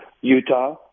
Utah